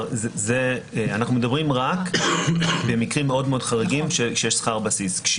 אנחנו מדברים רק על מקרים חריגים כשיש שכר בסיס.